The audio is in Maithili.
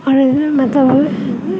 आओर मतलब